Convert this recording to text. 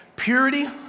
Purity